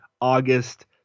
August